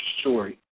story